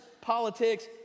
politics